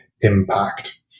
impact